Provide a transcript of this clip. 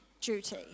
duty